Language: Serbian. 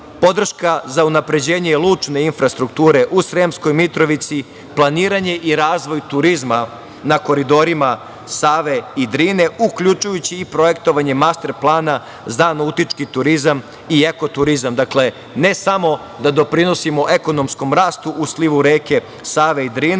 podrška za unapređenje lučne infrastrukture u Sremskoj Mitrovici, planiranje i razvoj turizma na koridorima Save i Drine, uključujući i projektovanje master plana za nautički turizam i eko turizam. Dakle, ne samo da doprinosimo ekonomskom rastu u slivu reke Save i Drine,